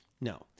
No